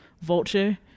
Vulture